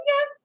yes